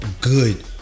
good